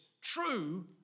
true